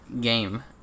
game